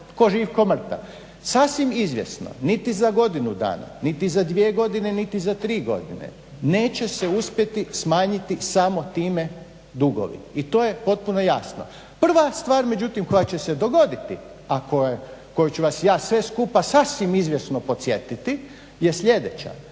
tko živ, tko mrtav. Sasvim izvjesno, niti za godinu dana, niti za dvije godine, niti za tri godine neće se uspjeti smanjiti samo time dugovi i to je potpuno jasno. Prva stvar međutim koja će se dogoditi, a na koju ću vas ja sve skupa sasvim izvjesno podsjetiti je sljedeća.